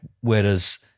whereas –